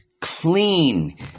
Clean